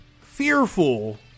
fearful